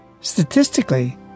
statistically